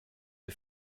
det